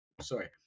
sorry